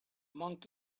monk